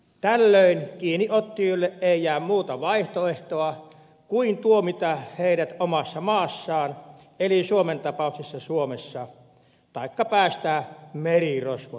tällöin kiinniottajille ei jää muuta vaihtoehtoa kuin tuomita heidät omassa maassaan eli suomen tapauksessa suomessa taikka päästää merirosvot vapaaksi